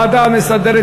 הצעת הוועדה המסדרת